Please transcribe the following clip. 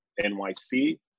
NYC